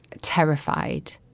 terrified